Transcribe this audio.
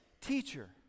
Teacher